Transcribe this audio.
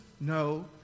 no